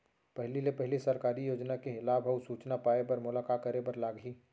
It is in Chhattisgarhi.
पहिले ले पहिली सरकारी योजना के लाभ अऊ सूचना पाए बर मोला का करे बर लागही?